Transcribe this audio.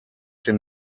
den